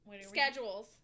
Schedules